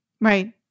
Right